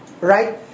right